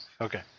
Okay